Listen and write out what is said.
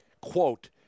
quote